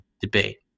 debate